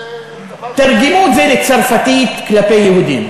תרגמו את זה לצרפתית כלפי יהודים,